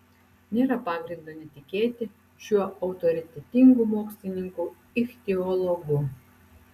nėra pagrindo netikėti šiuo autoritetingu mokslininku ichtiologu